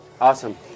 Awesome